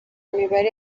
imibare